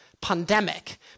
pandemic